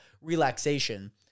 relaxation